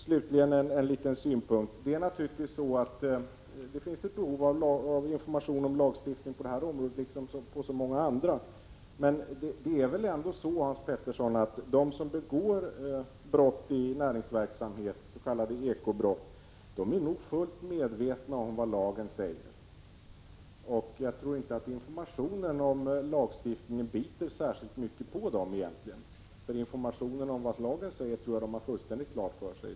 Slutligen en liten synpunkt: Det är naturligtvis så att det finns behov av information om lagstiftning på detta område liksom på andra områden. Det är väl ändå så, Hans Pettersson, att de som begår brott i näringsverksamhet, s.k. ekobrott, är fullt medvetna om vad lagen säger. Jag tror inte att information om lagstiftning biter särskilt mycket på dem egentligen. Vad lagen säger har de fullständigt klart för sig.